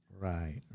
Right